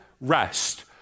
rest